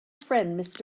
friend